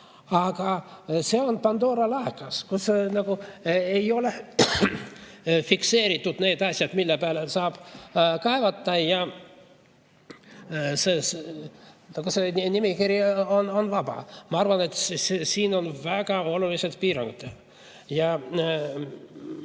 Aga see on Pandora laegas, kus nagu ei ole fikseeritud need asjad, mille peale saab kaevata. See nimekiri on vaba. Ma arvan, et siin on väga olulised piirangud. Ma